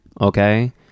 okay